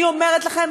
אני אומרת לכם,